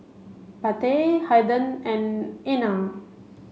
Pate Haiden and Einar